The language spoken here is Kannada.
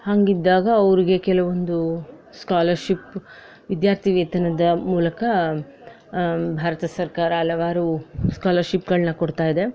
ಹಂಗೆ ಇದ್ದಾಗ ಅವ್ರಿಗೆ ಕೆಲವೊಂದು ಸ್ಕಾಲರ್ಶಿಪ್ ವಿದ್ಯಾರ್ಥಿವೇತನದ ಮೂಲಕ ಭಾರತ ಸರ್ಕಾರ ಹಲವಾರು ಸ್ಕಾಲರ್ಶಿಪ್ಗಳನ್ನ ಕೊಡ್ತಾ ಇದೆ